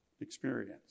experience